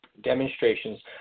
demonstrations